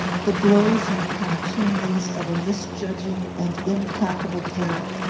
the blows and contumelies of a misjudging and implacable parent,